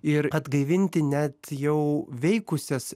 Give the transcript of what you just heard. ir atgaivinti net jau veikusias